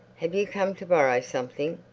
have you come to borrow something?